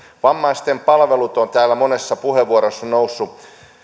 vammaisten palvelut ovat täällä monessa puheenvuorossa nousseet